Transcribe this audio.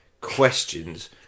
questions